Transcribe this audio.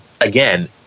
again